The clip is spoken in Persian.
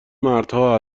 مردها